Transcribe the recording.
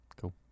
Cool